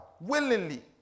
willingly